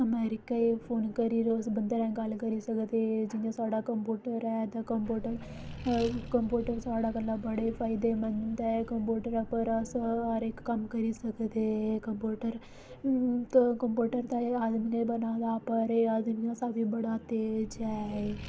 America phone करी'र उस बंदे ने गल्ल करी सकदे जियां साढ़ा कंपयूटर ऐ ते कंपयूटर कंप्यूटर साढ़ा कल्लै बड़ा ही फायदेमंद ऐ कंप्यूटर उप्पर अस हर इक कम्म करी सकदे कंप्यूटर कंप्यूटर ता इक आदमी ने बनाए दा पर एह् आदमी शा बड़ा तेज ऐ एह्